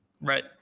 Right